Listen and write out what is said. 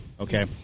okay